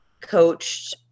coached